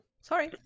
Sorry